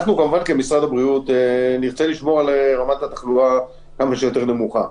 לשמור על רמת תחלואה כמה שיותר נמוכה,